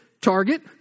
target